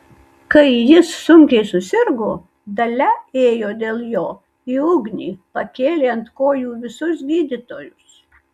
kai jis sunkiai susirgo dalia ėjo dėl jo į ugnį pakėlė ant kojų visus gydytojus